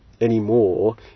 anymore